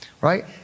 right